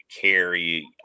carry